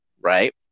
right